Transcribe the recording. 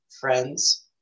friends